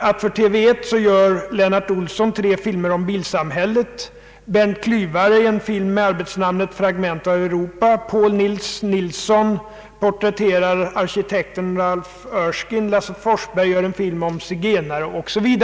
att för TV1 gör Lennart Olsson tre filmer om bilsamhället, Berndt Klyvare en film med arbetsnamnet »Fragment av Europa», Pål Nils Nilsson porträtterar arkitekten Ralph Erskine, Lasse Forsberg gör en film om zigenare 0. s. v.